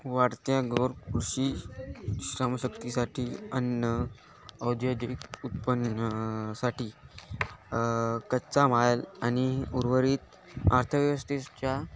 वाढत्या घोर कृषी श्रमशक्तीसाठी अन्न औद्योगिक उत्पन्नासाठी कच्चा माल आणि उर्वरीत अर्थव्यवस्थेच्या